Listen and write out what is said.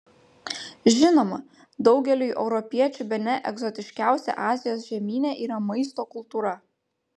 žinoma daugeliui europiečių bene egzotiškiausia azijos žemyne yra maisto kultūra